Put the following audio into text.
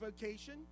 vocation